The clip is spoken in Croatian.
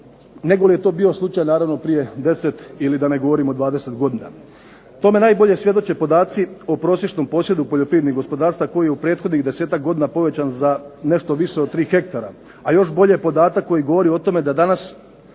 negoli je to bio slučaj naravno prije 10 ili da ne govorimo 20 godina. Tome najbolje svjedoče podaci o prosječnom posjedu poljoprivrednih gospodarstava koji je u prethodnih 10-ak godina povećan za nešto više od 3 hektara, a još bolje podatak koji govori o tome da danas